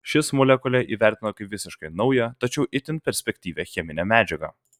šis molekulę įvertino kaip visiškai naują tačiau itin perspektyvią cheminę medžiagą